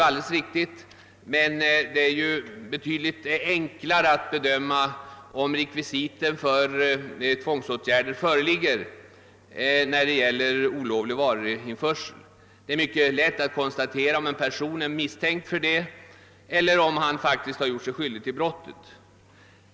Men det är betydligt enklare att bedöma om rekvisit för tvångsåtgärder föreligger när det gäller olovlig varuinförsel. Det är lätt att konstatera om en person, som är misstänkt för detta, faktiskt gjort sig skyldig till ett brott.